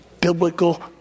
biblical